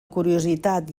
curiositat